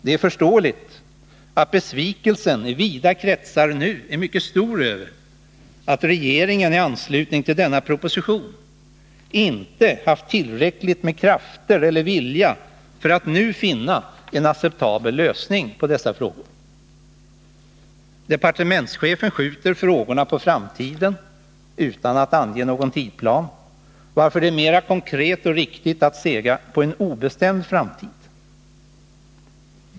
Det är förståeligt att besvikelsen i vida kretsar nu är mycket stor över att regeringen i anslutning till denna proposition inte haft tillräckligt med krafter eller vilja för att nu finna en acceptabel lösning på dessa frågor. Departementschefen skjuter frågorna på framtiden utan att ange någon tidsplan, varför det är mera konkret och riktigt att säga att frågorna skjuts på en obestämd framtid.